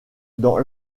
dans